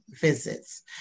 visits